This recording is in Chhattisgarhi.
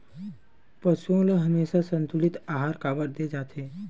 पशुओं ल हमेशा संतुलित आहार काबर दे जाथे?